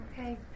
Okay